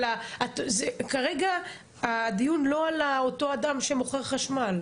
אבל כרגע הדיון לא על אותו אדם שמוכר חשמל,